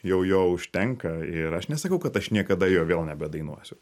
jau jo užtenka ir aš nesakau kad aš niekada jo vėl nebedainuosiu